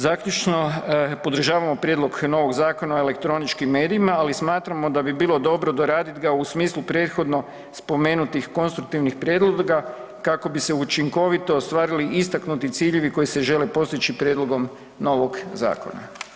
Zaključno, podržavamo prijedlog novog Zakona o elektroničkim medijima, ali smatramo da bi bilo dobro doradit ga u smislu prethodno spomenutih konstruktivnih prijedloga kako bi se učinkovito ostvarili istaknuti ciljevi koji se žele postići prijedlogom novog zakona.